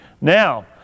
Now